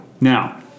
Now